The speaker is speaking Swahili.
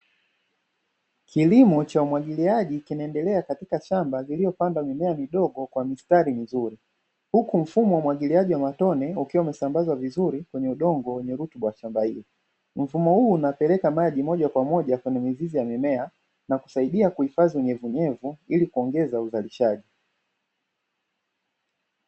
Kilimo cha umwagiliaji kinaendelea katika shamba lililopandwa mimea midogo kwa mistari mizuri, huku mfumo wa umwagiliaji wa matone ukiwa umesambazwa vizuri kwenye udongo wenye rutuba wa shamba hilo. Mfumo huu unapeleka maji moja kwa moja kwenye mizizi ya mimea na kusaidia kuhifadhi unyevuunyevu ili kuongeza uzalishaji.